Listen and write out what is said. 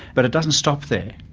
but it doesn't stop there.